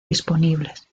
disponibles